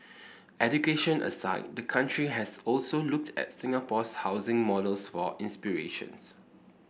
education aside the country has also looked at Singapore's housing models for inspirations